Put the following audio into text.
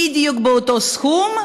בדיוק באותו סכום,